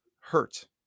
hurt